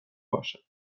باشد